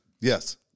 Yes